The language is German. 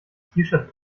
shirt